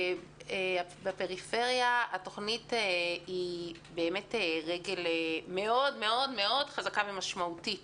שבפריפריה התוכנית היא באמת רגל מאוד מאוד מאוד חזקה ומשמעותית